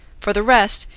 for the rest,